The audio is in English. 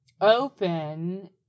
open